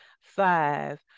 five